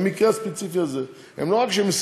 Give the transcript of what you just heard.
במקרה הספציפי הזה, לא רק שהם הסכימו,